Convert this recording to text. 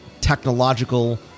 technological